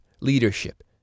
leadership